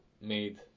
made